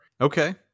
Okay